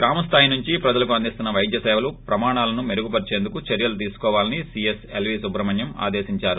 గ్రామస్థాయి నుంచి ప్రజలకు అందిస్తున్న వైద్య సేవల ప్రమాణాలను మెరుగుపరచేందుకు చర్యలు తీసుకోవాలని సీఎస్ ఎల్వీ సుబ్రహ్మణ్యం ఆదేశించారు